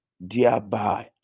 thereby